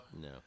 No